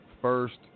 first